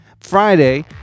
Friday